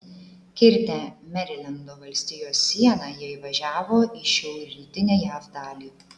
kirtę merilendo valstijos sieną jie įvažiavo į šiaurrytinę jav dalį